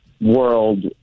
world